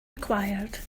required